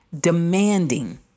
demanding